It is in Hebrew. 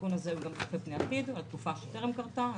והוא גם צופה פני עתיד לתקופה שטרם קרתה.